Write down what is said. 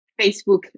Facebook